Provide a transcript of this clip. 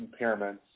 impairments